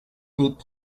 deep